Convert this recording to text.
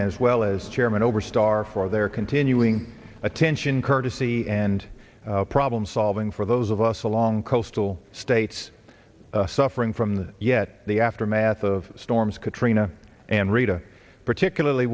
as well as chairman over starr for their continuing attention courtesy and problem solving for those of us along coastal states suffering from the yet the aftermath of storms katrina and rita particularly